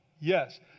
Yes